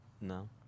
No